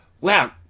Wow